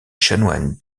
chanoine